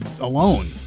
alone